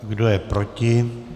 Kdo je proti?